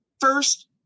first